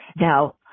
Now